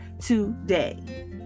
today